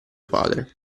padre